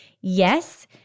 yes